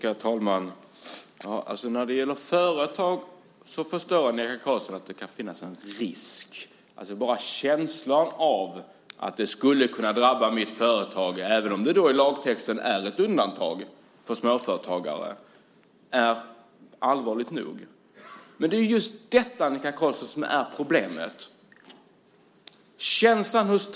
Herr talman! När det gäller företagen förstår Annika Qarlsson tydligen att det kan finnas en risk. Men bara känslan att det skulle kunna drabba mitt företag är allvarligt nog, även om det i lagtexten finns ett undantag för småföretagare. Det är just det som är problemet, Annika Qarlsson.